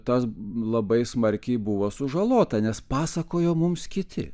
tas labai smarkiai buvo sužalota nes pasakojo mums kiti